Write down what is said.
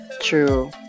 true